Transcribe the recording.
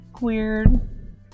weird